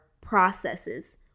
processes